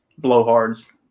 blowhards